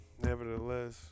Nevertheless